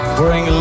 bring